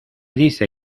dice